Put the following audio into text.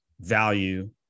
value